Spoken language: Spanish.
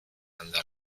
anda